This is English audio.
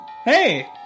Hey